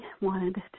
wanted